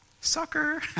Sucker